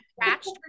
Scratched